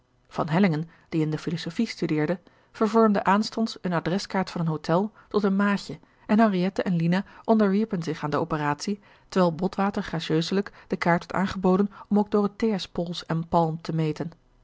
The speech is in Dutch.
van hellingen die in de philosophie studeerde vervormde aanstonds een adreskaart van een hotel tot een maatje en henriette en lina onderwierpen zich aan de operatie terwijl botwater gracieuselijk de kaart werd aangeboden om ook dorothea's pols en palm te meten